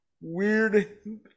weird